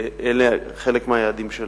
אלה חלק מהיעדים שלנו.